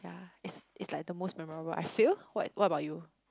yeah it's it's like the most memorable I feel what what about you